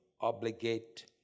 obligate